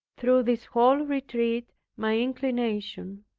through this whole retreat my inclination,